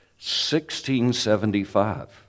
1675